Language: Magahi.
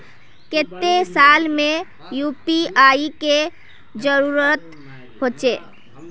केते साल में यु.पी.आई के जरुरत होचे?